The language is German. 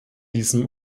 diesem